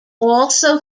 also